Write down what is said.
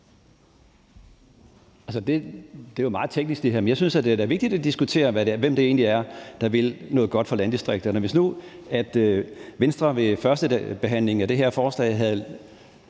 er jo meget teknisk, men jeg synes da, at det er vigtigt at diskutere, hvem det egentlig er, der vil noget godt for landdistrikterne. Hvis Venstre nu ved førstebehandlingen af det her forslag